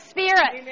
Spirit